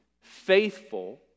faithful